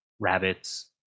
rabbits